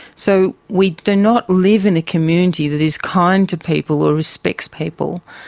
so we do not live in a community that is kind to people or respects people.